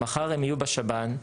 מחר הם יהיו בשב"ן.